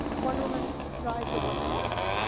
wonder woman rides a white horse.